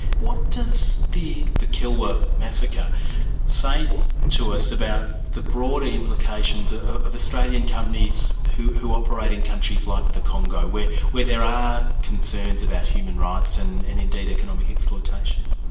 what does the the kilwa massacre say to us about the broader implications ah of australian companies who who operate in countries like the congo, where where there are concerns about human rights, and and indeed economic exploitation?